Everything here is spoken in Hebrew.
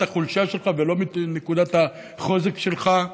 החולשה שלך ולא מנקודת החוזק שלך,